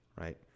right